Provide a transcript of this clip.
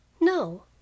No